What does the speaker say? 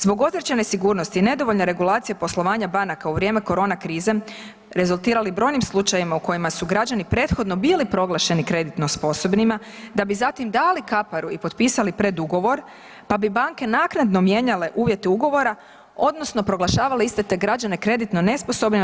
Zbog određene nesigurnosti i nedovoljne regulacije poslovanja banaka u vrijeme korona krize rezultirali brojnim slučajevima u kojima su građani prethodno bili proglašeni kreditno sposobnima da bi zatim dali kaparu i potpisali predugovor, pa bi banke naknadno mijenjale uvjete ugovora odnosno proglašavale iste te građane kreditno nesposobnima.